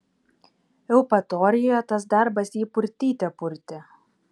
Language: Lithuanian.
eupatorijoje tas darbas jį purtyte purtė